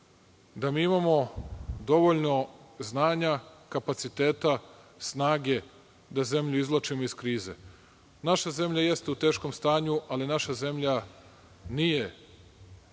da mi imamo dovoljno znanja, kapaciteta, snage da zemlju izvlačimo iz krize. Naša zemlja jeste u teškom stanju, ali naša zemlja nije